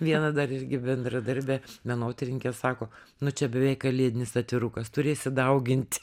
viena dar irgi bendradarbė menotyrininkė sako nu čia beveik kalėdinis atvirukas turėsi dauginti